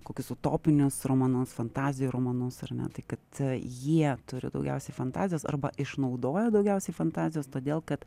kokius utopinius romanus fantazijų romanus ar ne tai kad jie turi daugiausiai fantazijos arba išnaudojo daugiausiai fantazijos todėl kad